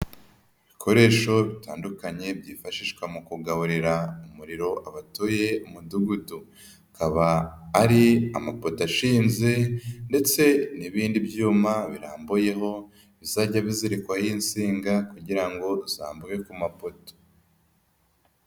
Ibikoresho bitandukanye byifashishwa mu kugaburira umuriro abatuye umudugudu, akaba ari amapoto ashinze ndetse n'ibindi byuma birambuyeho bizajya bizirikwaho insinga kugira ngo zambuke ku mapoto.